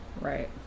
Right